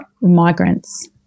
migrants